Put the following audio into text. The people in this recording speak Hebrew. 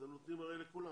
אתם נותנים הרי לכולם.